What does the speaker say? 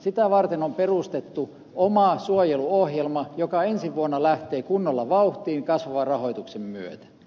sitä varten on perustettu oma suojeluohjelma joka ensi vuonna lähtee kunnolla vauhtiin kasvavan rahoituksen myötä